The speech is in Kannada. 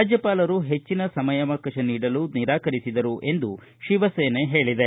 ರಾಜ್ಞಪಾಲರು ಹೆಚ್ಚಿನ ಸಮಯಾವಕಾಶ ನೀಡಲು ನಿರಾಕರಿಸಿದರು ಎಂದು ಶೀಮಸೇನೆ ಹೇಳಿದೆ